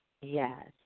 Yes